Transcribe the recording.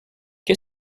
que